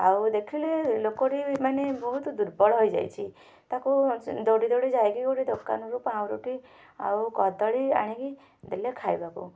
ଆଉ ଦେଖିଲେ ଲୋକଟି ମାନେ ବହୁତ ଦୁର୍ବଳ ହୋଇଯାଇଛି ତାକୁ ଦୌଡ଼ି ଦୌଡ଼ି ଯାଇକି ଗୋଟେ ଦୋକାନରୁ ପାଉଁରୁଟି ଆଉ କଦଳୀ ଆଣିକି ଦେଲେ ଖାଇବାକୁ